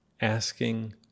asking